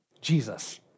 Jesus